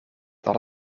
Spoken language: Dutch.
dat